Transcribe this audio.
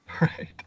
Right